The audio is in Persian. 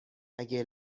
اگه